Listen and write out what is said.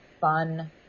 fun